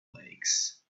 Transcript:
lakes